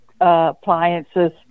appliances